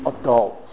adults